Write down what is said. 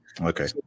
Okay